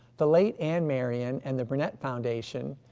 the late anne marion and the burnett foundation,